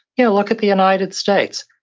you know look at the united states.